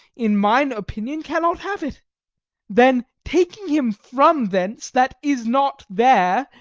in mine opinion, cannot have it then, taking him from thence that is not there,